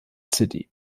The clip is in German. city